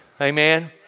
Amen